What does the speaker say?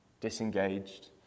disengaged